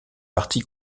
parti